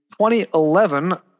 2011